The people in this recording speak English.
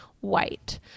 white